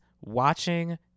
watching